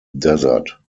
desert